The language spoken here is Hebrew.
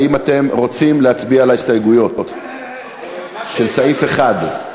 האם אתם רוצים להצביע על ההסתייגויות לסעיף 1?